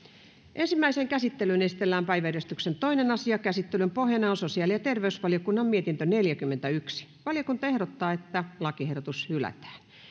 ensimmäiseen käsittelyyn esitellään päiväjärjestyksen toinen asia käsittelyn pohjana on sosiaali ja terveysvaliokunnan mietintö neljäkymmentäyksi valiokunta ehdottaa että lakiehdotus hylätään